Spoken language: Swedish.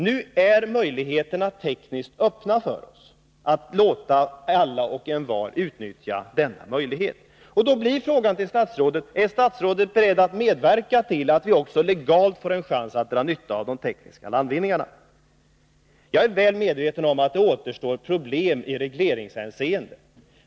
Nu är de tekniska möjligheterna för oss öppna för att låta alla utnyttja kabel-TV. Då blir frågan till statsrådet: Är statsrådet beredd medverka till att vi också legalt får en chans att dra nytta av de tekniska landvinningarna? Jag är väl medveten om att det återstår problem i regleringshänseende.